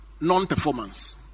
non-performance